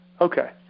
okay